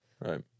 Right